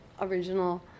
original